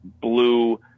blue